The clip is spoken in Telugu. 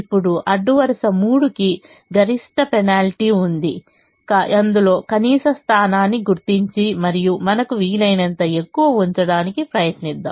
ఇప్పుడు అడ్డు వరుస 3 కి గరిష్ట పెనాల్టీ ఉంది అందులో కనీస స్థానాన్ని గుర్తించి మరియు మనకు వీలైనంత ఎక్కువ ఉంచడానికి ప్రయత్నిద్దాం